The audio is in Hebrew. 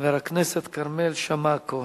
חבר הכנסת כרמל שאמה-הכהן.